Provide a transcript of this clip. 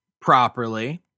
properly